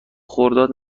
خرداد